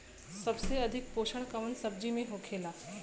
सबसे अधिक पोषण कवन सब्जी में होखेला?